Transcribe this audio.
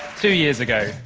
two years ago,